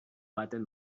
baten